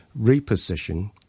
reposition